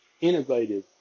innovative